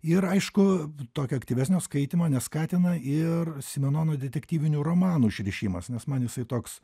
ir aišku tokio aktyvesnio skaitymo neskatina ir simenono detektyvinių romanų išrišimas nes man jisai toks